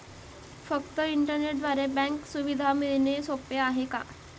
फक्त इंटरनेटद्वारे बँक सुविधा मिळणे सोपे आहे का?